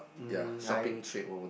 mm I